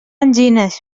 angines